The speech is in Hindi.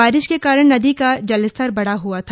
बारिश के कारण नदी का जलस्तर बढ़ा हआ था